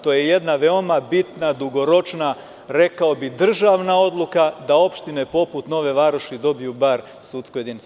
To je jedna veoma bitna dugoročna, rekao bih državna odluka da opštine poput Nove Varoši dobiju bar sudsku jedinicu.